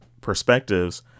perspectives